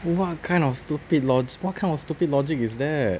what kind of stupid logic what kind of stupid logic is that